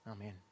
Amen